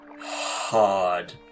hard